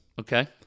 Okay